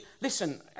listen